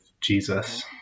Jesus